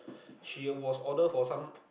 she was order for some